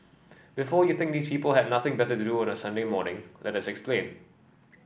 before you think these people had nothing better to do on a Sunday morning let us explain